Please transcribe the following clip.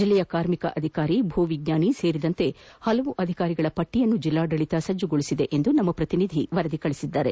ಜಿಲ್ಲೆಯ ಕಾರ್ಮಿಕ ಅಧಿಕಾರಿ ಭೂ ವಿಜ್ಞಾನಿ ಸೇರಿದಂತೆ ಹಲವು ಅಧಿಕಾರಿಗಳ ಪಟ್ಟಯನ್ನು ಜಿಲ್ಲಾಡಳಿತ ಸಿದ್ದಪಡಿಸಿದೆ ಎಂದು ನಮ್ನ ಪ್ರತಿನಿಧಿ ತಿಳಿಸಿದ್ದಾರೆ